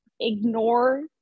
ignore